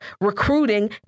recruiting